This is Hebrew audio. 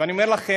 ואני אומר לכם,